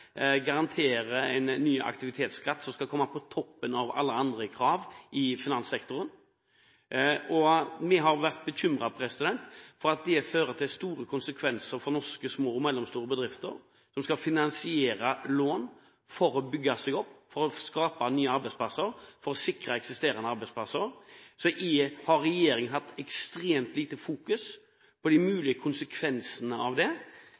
garanterer en ny aktivitetsskatt, som skal komme på toppen av alle andre krav i finanssektoren. Vi har vært bekymret for at det får store konsekvenser for norske små og mellomstore bedrifter som skal finansiere lån for å bygge seg opp og skape nye arbeidsplasser og sikre eksisterende arbeidsplasser. Regjeringen har hatt ekstremt lite fokus på de mulige konsekvensene av det.